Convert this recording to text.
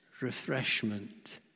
refreshment